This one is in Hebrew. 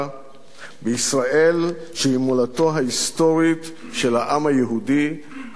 בישראל שהיא מולדתו ההיסטורית של העם היהודי הנלחמת